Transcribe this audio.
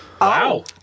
Wow